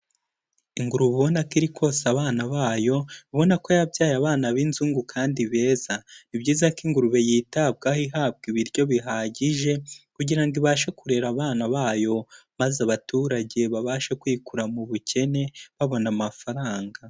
Ingurube ubonako iri konsa abana bayo, ubonako yabyaye abana b'inzungu kandi beza, ni byiza ko ingurube yitabwaho ihabwa ibiryo bihagije kugira ngo ibashe kurera abana bayo, maze abaturage babashe kwikura mu bukene babona amafaranga.